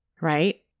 right